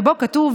ובו כתוב,